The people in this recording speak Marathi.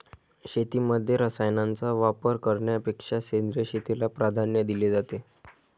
शेतीमध्ये रसायनांचा वापर करण्यापेक्षा सेंद्रिय शेतीला प्राधान्य दिले जाते